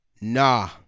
Nah